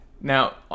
Now